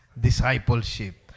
Discipleship